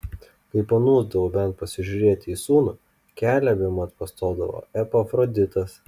kai panūsdavau bent pasižiūrėti į sūnų kelią bemat pastodavo epafroditas